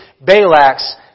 Balak's